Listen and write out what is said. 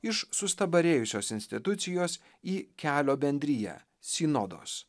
iš sustabarėjusios institucijos į kelio bendriją sinodos